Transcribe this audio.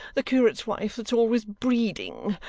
the curate's wife, that's always breeding.